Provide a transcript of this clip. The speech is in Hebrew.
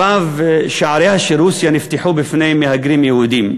שעריה של רוסיה נפתחו בפני מהגרים יהודים.